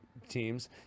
teams